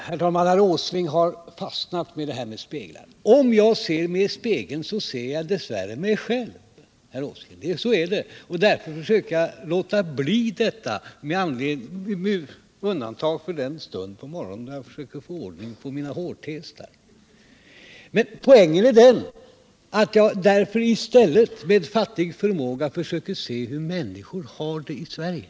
Herr talman! Herr Åsling har fastnat i det här med speglarna. Om jag ser mig i spegeln ser jag dess värre mig själv, herr Åsling. Så är det, och därför försöker jag låta bli detta med undantag för den stund på morgonen när jag försöker få ordning på mina hårtestar. I stället försöker jag efter fattig förmåga se hur människor har det i Sverige.